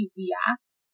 react